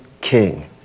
king